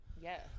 Yes